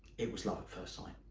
it was love at first sight.